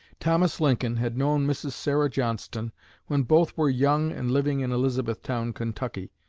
thomas lincoln had known mrs. sarah johnston when both were young and living in elizabethtown, kentucky.